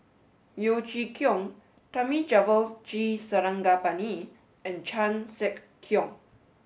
Yeo Chee Kiong Thamizhavel G Sarangapani and Chan Sek Keong